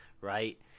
right